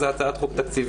אז זאת הצעת חוק תקציבית,